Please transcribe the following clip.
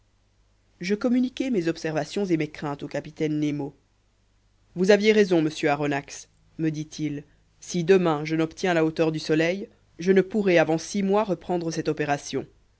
je communiquai mes observations et mes craintes au capitaine nemo vous aviez raison monsieur aronnax me dit-il si demain je n'obtiens la hauteur du soleil je ne pourrai avant six mois reprendre cette opération